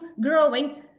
growing